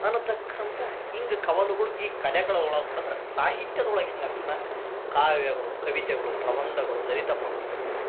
ಅನತಕ್ಕಂಥಾ ಹಿಂಗ್ ಕವಲುಗಳು ಈ ಕಲೆಗಳ ಒಳಗೆ ಹೊಡ್ದ್ರ ಸಾಹಿತ್ಯದೊಳಗ ಹೆಂಗೆ ಆಗ್ತದ ಕಾವ್ಯಗಳು ಕವಿತೆಗಳು ಪ್ರಬಂಧಗಳು ಲಲಿತ ಪ್ರಬಂಧಗಳು